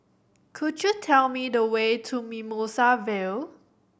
could you tell me the way to Mimosa Vale